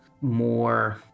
more